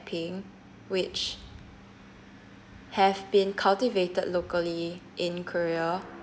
blackpink which have been cultivated locally in korea